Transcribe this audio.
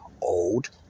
Old